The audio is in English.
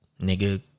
nigga